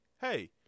Hey